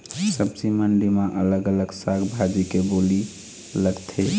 सब्जी मंडी म अलग अलग साग भाजी के बोली लगथे